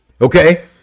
okay